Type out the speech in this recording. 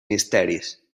misteris